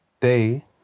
day